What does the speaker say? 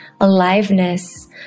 aliveness